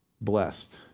blessed